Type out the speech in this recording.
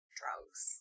drugs